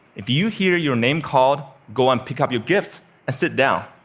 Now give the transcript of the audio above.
if you hear your name called, go and pick up your gift and sit down.